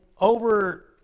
over